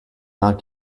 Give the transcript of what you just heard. not